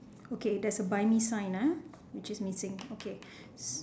okay that's a bunny sign ah which is missing okay